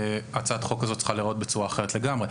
הצעת החוק הזאת צריכה להיראות בצורה אחרת לגמרי.